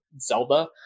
Zelda